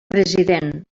president